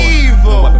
evil